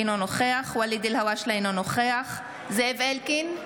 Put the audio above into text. אינו נוכח ואליד אלהואשלה, אינו נוכח זאב אלקין,